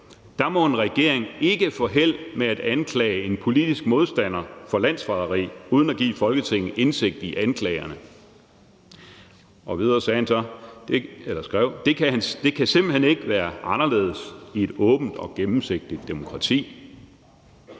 må en regering ikke få held med, at anklage en politisk modstander for landsforræderi, uden at give Folketinget indsigt i anklagerne.« Videre skrev han så: »Det kan simpelthen ikke være anderledes i et åbent og gennemsigtigt demokrati.«